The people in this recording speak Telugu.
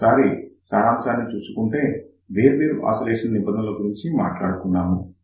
ఒకసారి సారాంశాన్ని చూసుకుంటే వేర్వేరు ఆసిలేషన్ నిబంధనల గురించి మాట్లాడుకున్నాము